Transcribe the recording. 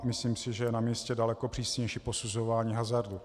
Myslím si, že je namístě daleko přísnější posuzování hazardu.